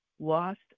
lost